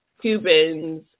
Cubans